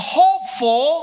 hopeful